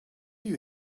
you